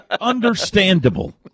understandable